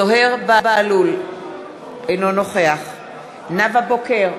אינו נוכח נאוה בוקר,